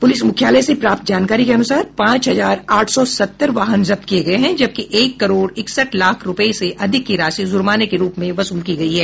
police मुख्यालय से प्राप्त जानकारी के अनुसार पांच हजार आठ सौ सत्तर वाहन जब्त किये गये हैं जबकि एक करोड़ इकसठ लाख रूपये से अधिक की राशि जुर्माने के रूप में वसूल की गयी है